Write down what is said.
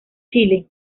chile